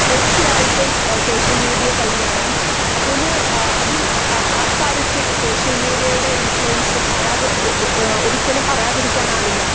തീർച്ചയായിട്ടും social media വഴിയാണ് അതിന് അതിൽ അക്കാര്യത്തിൽ സോഷ്യൽ മീഡിയയുടെ ഇൻഫ്ലുവൻസ് പറയാതെ ഒരിക്കലും പറയാതിരിക്കാനാവില്ല